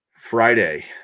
Friday